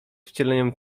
wcieleniem